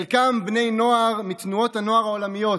חלקם בני נוער מתנועות הנוער העולמיות,